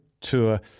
Tour